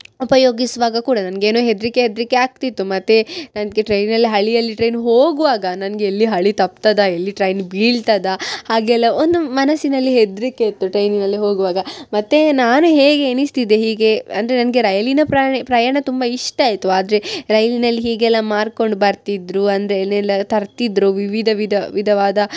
ಉಪಯೋಗಿಸುವಾಗ ಕೂಡ ನನಗೇನು ಹೆದರಿಕೆ ಹೆದರಿಕೆ ಆಗ್ತಿತ್ತು ಮತ್ತು ನನಗೆ ಟ್ರೈನಿನಲ್ಲಿ ಹಳಿಯಲ್ಲಿ ಟ್ರೈನು ಹೋಗುವಾಗ ನನಗೆ ಎಲ್ಲಿ ಹಳಿ ತಪ್ತದೋ ಎಲ್ಲಿ ಟ್ರೈನ್ ಬೀಳ್ತದೋ ಹಾಗೆ ಎಲ್ಲ ಒಂದು ಮನಸ್ಸಿನಲ್ಲಿ ಹೆದರಿಕೆ ಇತ್ತು ಟ್ರೈನಿನಲ್ಲಿ ಹೋಗುವಾಗ ಮತ್ತು ನಾನು ಹೇಗೆ ಎಣಿಸ್ತಿದ್ದೆ ಹೀಗೆ ಅಂದರೆ ನನಗೆ ರೈಲಿನ ಪ್ರಯಾಣ ಪ್ರಯಾಣ ತುಂಬ ಇಷ್ಟ ಆಯಿತು ಆದರೆ ರೈಲಿನಲ್ಲಿ ಹೀಗೆಲ್ಲ ಮಾರಿಕೊಂಡು ಬರ್ತಿದ್ದರು ಅಂದರೆ ಏನೆಲ್ಲ ತರ್ತಿದ್ದರು ವಿವಿಧ ವಿಧ ವಿಧವಾದ